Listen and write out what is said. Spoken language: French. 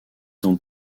dans